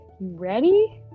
ready